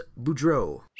Boudreaux